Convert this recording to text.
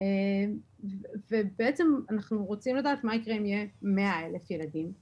ובעצם אנחנו רוצים לדעת מה יקרה אם יהיה מאה אלף ילדים.